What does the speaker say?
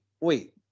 wait